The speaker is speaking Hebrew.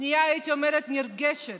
פנייה, הייתי אומרת, נרגשת,